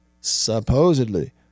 supposedly